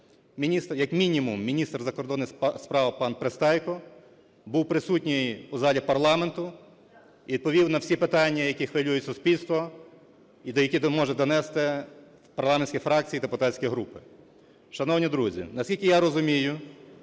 як мінімум міністр закордонних справ пан Пристайко був присутній у залі парламенту, відповів на всі питання, які хвилюють суспільство, і які може донести в парламентські фракції, депутатські групи. Шановні друзі, наскільки я розумію,